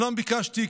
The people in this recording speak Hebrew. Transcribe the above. אומנם ביקשתי,